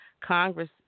Congress